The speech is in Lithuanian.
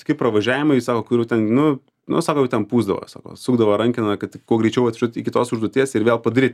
tokie pravažiavimai sako kurių ten nu nu sakau ten pūsdavo savo sukdavo rankeną kad kuo greičiau atvažiuot iki tos užduoties ir vėl padaryt